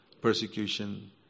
persecution